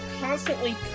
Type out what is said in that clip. constantly